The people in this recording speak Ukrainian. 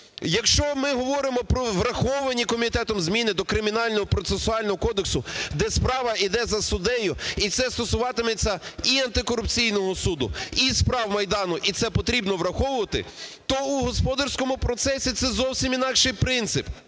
Якщо ми говоримо про враховані комітетом зміни до Кримінального процесуального кодексу, де справа іде за суддею, і це стосуватиметься і антикорупційного суду, і справ Майдану, і це потрібно враховувати, то в господарському процесі це зовсім інакший принцип.